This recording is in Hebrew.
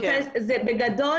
מול הציבור,